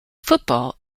football